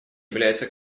является